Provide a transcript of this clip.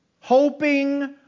hoping